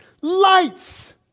Lights